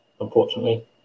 unfortunately